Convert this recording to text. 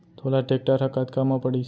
तोला टेक्टर ह कतका म पड़िस?